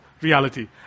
reality